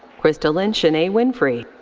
christalyn shanae winfrey.